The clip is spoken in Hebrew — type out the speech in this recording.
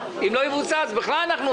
אם לא יבוצע אז אנחנו בכלל רחוקים.